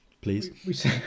Please